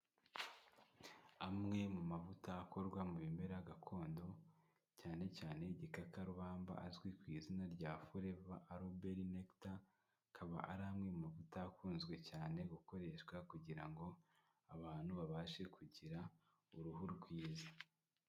Amwe mu mavuta akorwa mu bimera gakondo cyane cyane igikakarubamba, azwi ku izina rya Forever Aloe Berry Nectar, akaba ari amwe mu mavuta akunzwe cyane gukoreshwa kugira ngo abantu babashe kugira uruhu rwiza.